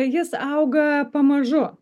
jis auga pamažu